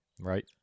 Right